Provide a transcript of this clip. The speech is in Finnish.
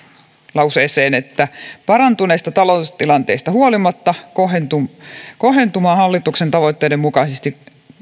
lauseeseen että julkisyhteisöjen rahoitusasema ei tule parantuneesta taloustilanteesta huolimatta kohentumaan kohentumaan hallituksen tavoitteiden mukaisesti